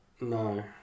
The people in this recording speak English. No